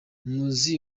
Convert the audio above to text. muzi